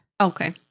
Okay